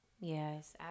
Yes